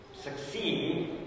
succeed